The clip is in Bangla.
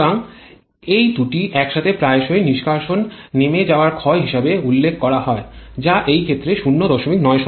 সুতরাং এই দুটি একসাথে প্রায়শই নিষ্কাশন নিমে যাওয়া ক্ষয় হিসাবে উল্লেখ করা হয় যা এই ক্ষেত্রে ০৯